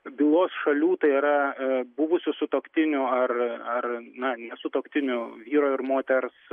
bylos šalių tai yra buvusių sutuoktinių ar ar na ne sutuoktinių vyro ir moters